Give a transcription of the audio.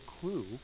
clue